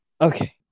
Okay